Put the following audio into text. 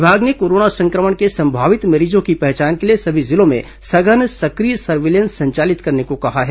विभाग ने कोरोना संक्रमण के संभावित मरीजों की पहचान के लिए सभी जिलों में सघन सक्रिय सर्विलेंस संचालित करने को कहा है